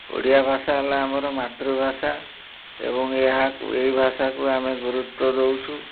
ଓଡ଼ିଆ ଭାଷା ହେଲା ଆମର ମାତୃଭାଷା ଏବଂ ଏହାକୁ ଏହି ଭାଷାକୁ ଆମେ ଗୁରୁତ୍ୱ ଦେଉଛୁ